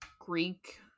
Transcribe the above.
Greek